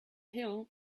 hill